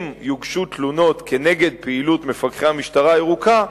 אם יוגשו תלונות כנגד פעילות מפקחי המשטרה הירוקה,